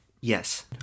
Yes